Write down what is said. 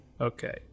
Okay